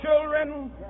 children